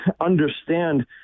understand